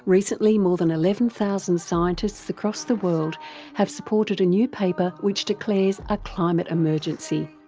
recently more than eleven thousand scientists across the world have supported a new paper which declares a climate emergency.